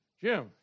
Jim